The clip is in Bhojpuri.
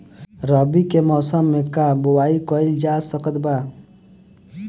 रवि के मौसम में का बोआई कईल जा सकत बा?